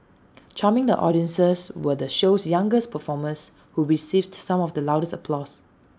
charming the audiences were the show's youngest performers who received some of the loudest applause